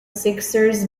sixers